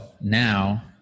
now